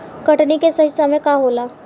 कटनी के सही समय का होला?